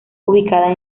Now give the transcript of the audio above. ubicada